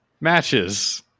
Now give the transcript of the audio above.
matches